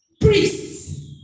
priests